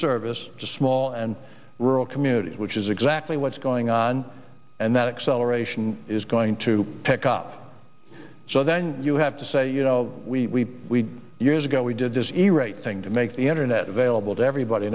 service to small and rural communities which is exactly what's going on and that acceleration is going to pick up so then you have to say you know we years ago we did this e rate thing to make the internet available to everybody